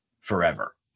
forever